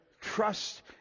trust